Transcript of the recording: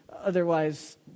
otherwise